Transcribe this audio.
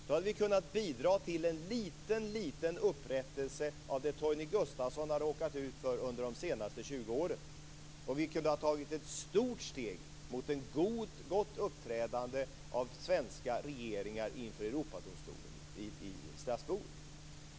Då hade vi kunnat bidra till en liten upprättelse för det Torgny Gustafsson har råkat ut för under de senaste 20 åren. Vi kunde ha tagit ett stort steg mot ett gott uppträdande av svenska regeringar inför Europadomstolen i Strasbourg.